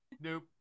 Nope